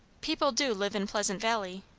people do live in pleasant valley.